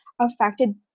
affected